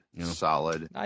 solid